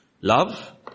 love